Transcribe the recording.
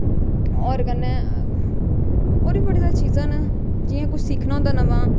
होर कन्नै होर बी बड़ी ज्यादा चीजां न जियां कुछ सिक्खना होंदा नमां